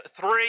three